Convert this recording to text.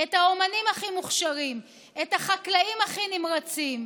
את האומנים הכי מוכשרים, את החקלאים הכי נמרצים,